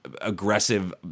aggressive